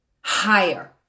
higher